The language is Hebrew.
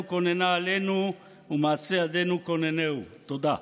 כוננה עלינו ומעשה ידינו כוננהו." תודה.